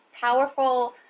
powerful